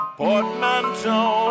portmanteau